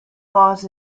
laws